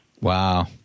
Wow